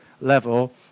level